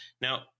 Now